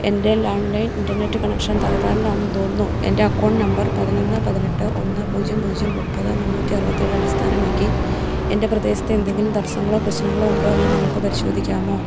എൻ്റെ land line internet connection തകരാറിലാണെന്ന് തോന്നുന്നു എൻ്റെ അക്കൗണ്ട് നമ്പർ പതിനൊന്ന് പതിനെട്ട് ഒന്ന് പൂജ്യം പൂജ്യം മുപ്പത് മുന്നൂറ്റി അറുപത്തേഴ് അടിസ്ഥാനമാക്കി എൻ്റെ പ്രദേശത്തെ എന്തെങ്കിലും തടസ്സങ്ങളോ പ്രശ്നങ്ങളോ ഉണ്ടോ എന്ന് നിങ്ങൾക്ക് പരിശോധിക്കാമോ